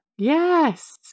Yes